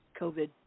covid